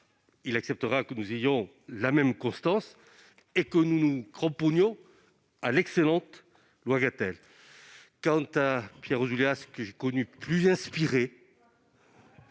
Il acceptera que nous fassions preuve de la même constance et que nous nous cramponnions à l'excellente loi Gatel. Quant à Pierre Ouzoulias, je l'ai connu plus inspiré.